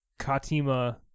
Katima